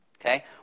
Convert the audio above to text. okay